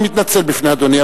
אני מתנצל בפני אדוני,